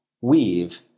weave